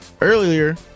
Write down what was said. Earlier